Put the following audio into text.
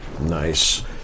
Nice